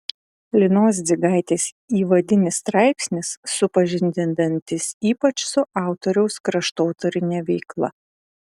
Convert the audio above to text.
linos dzigaitės įvadinis straipsnis supažindinantis ypač su autoriaus kraštotyrine veikla